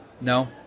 No